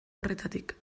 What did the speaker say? horretatik